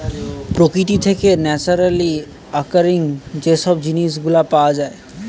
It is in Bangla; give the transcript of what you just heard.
প্রকৃতি থেকে ন্যাচারালি অকারিং যে সব জিনিস গুলা পাওয়া যায়